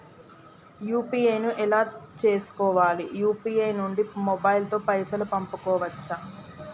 UPI ను ఎలా చేస్కోవాలి యూ.పీ.ఐ నుండి మొబైల్ తో పైసల్ పంపుకోవచ్చా?